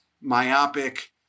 myopic